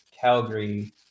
Calgary